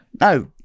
No